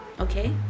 okay